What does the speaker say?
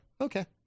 Okay